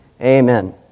Amen